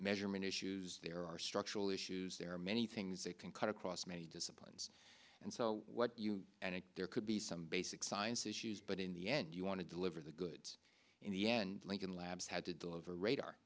measurement issues there are structural issues there are many things they can cut across many disciplines and so what you and there could be some basic science issues but in the end you want to deliver the goods in the end link in labs had to deliver radar